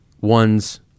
one's